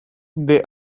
they